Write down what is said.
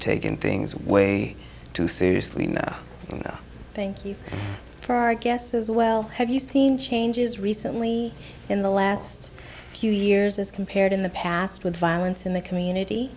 taking things way too seriously now thank you for our guests as well have you seen changes recently in the last few years as compared in the past with violence in the community